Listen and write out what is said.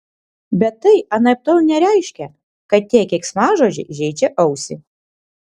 bet tai anaiptol nereiškia kad tie keiksmažodžiai žeidžia ausį